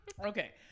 Okay